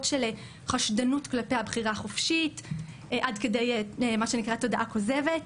של חשדנות כלפי הבחירה החופשית עד כדי מה שנקרא תודעה כוזבת,